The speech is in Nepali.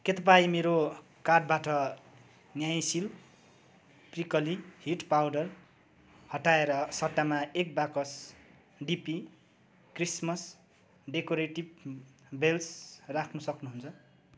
तपाईँ मेरो कार्टबाट नाइसिल प्रिकली हिट पाउडर हटाएर सट्टामा एक बाकस डिपी क्रिसमस डेकोरेटिभ बेल्स राख्न सक्नुहुन्छ